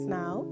now